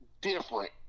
different